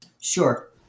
Sure